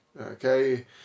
Okay